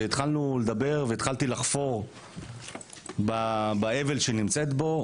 והתחלנו לדבר והתחלתי לחפור באבל שהיא נמצאת בו,